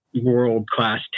world-class